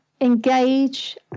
engage